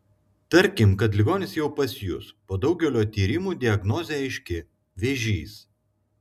tarkim kad ligonis jau pas jus po daugelio tyrimų diagnozė aiški vėžys